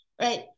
right